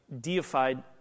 deified